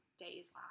days